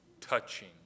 touching